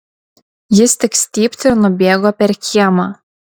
jis tik stypt ir nubėgo per kiemą